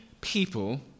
people